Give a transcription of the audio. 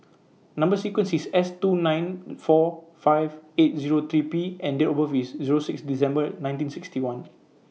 Number sequence IS S two nine four five eight Zero three P and Date of birth IS Zero six December nineteen sixty one